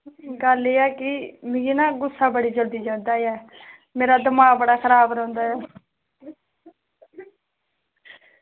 गल्ल एह् ऐ की मिगी गुस्सा ना बड़ी जल्दी चढ़दा ऐ मेरा दमाग बड़ा खराब रौहंदा ऐ